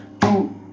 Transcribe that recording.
two